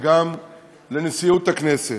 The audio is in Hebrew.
וגם לנשיאות הכנסת,